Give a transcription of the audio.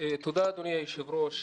תודה, אדוני היושב-ראש.